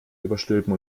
überstülpen